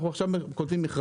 עכשיו אנחנו כותבים מכרז.